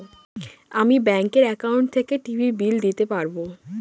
আমি ব্যাঙ্কের একাউন্ট থেকে টিভির বিল দিতে পারবো